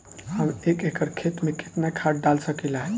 हम एक एकड़ खेत में केतना खाद डाल सकिला?